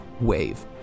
wave